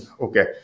Okay